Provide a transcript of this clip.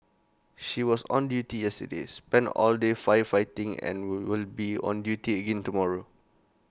she was on duty yesterday spent all day firefighting and will will be on duty again tomorrow